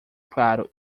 claro